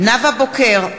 נאוה בוקר,